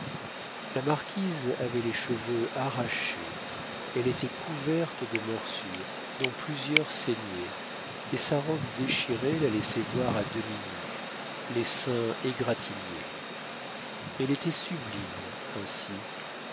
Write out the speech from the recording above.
la marquise avait les cheveux arrachés elle était couverte de morsures dont plusieurs saignaient et sa robe déchirée la laissait voir à demi nue les seins égratignés elle était sublime ainsi